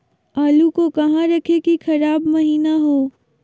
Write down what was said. आलू को कहां रखे की खराब महिना हो?